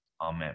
Amen